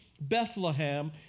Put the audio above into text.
Bethlehem